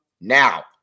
Now